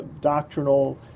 doctrinal